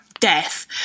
death